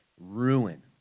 ruin